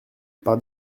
par